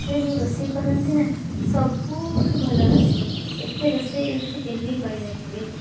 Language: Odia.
ସେ ଯେଉଁ ରୋଷେଇ କରନ୍ତି ନା ସବୁଠୁ ଭଲ ରୋଷେଇ ଏତେ ରୋଷେଇ ଏମିତି କେହି ବି କରିନଥିବେ